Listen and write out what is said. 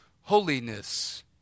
holiness